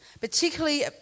particularly